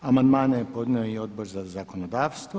Amandmane je podnio i Odbor za zakonodavstvo.